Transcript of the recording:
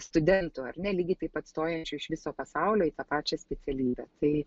studentų ar ne lygiai taip pat stojančių iš viso pasaulio į tą pačią specialybę tai